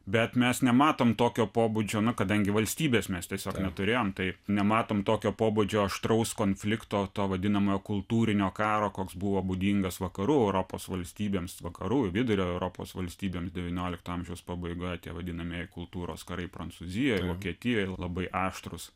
bet mes nematom tokio pobūdžio na kadangi valstybės mes tiesiog neturėjom tai nematom tokio pobūdžio aštraus konflikto to vadinamojo kultūrinio karo koks buvo būdingas vakarų europos valstybėms vakarų vidurio europos valstybėms devyniolikto amžiaus pabaigoje tie vadinamieji kultūros karai prancūzijoj vokietijoj labai aštrūs